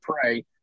pray